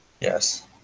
Yes